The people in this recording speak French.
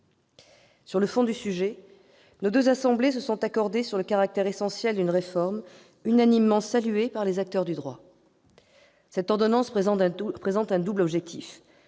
Sur le fond du sujet, nos deux assemblées se sont accordées sur le caractère essentiel d'une réforme unanimement saluée par les acteurs du droit. Cette ordonnance présente un double objectif